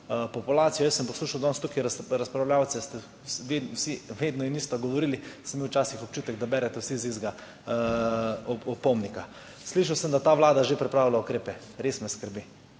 populacijo. Jaz sem poslušal danes tukaj razpravljavce, vsi ste eno in isto govorili, sem imel včasih občutek, da berete vsi iz istega opomnika. Slišal sem, da ta vlada že pripravlja ukrepe. Res me skrbi,